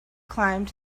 climbed